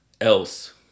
else